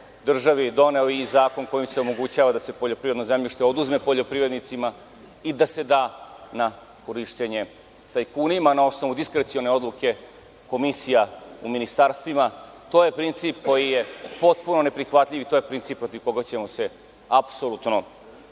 državi doneo i zakon kojim se omogućava da se poljoprivredno zemljište oduzme poljoprivrednicima i da se da na korišćenje tajkunima, na osnovu diskrecione odluke komisija u ministarstvima. To je princip koji je potpuno neprihvatljiv i to je princip protiv koga ćemo se apsolutno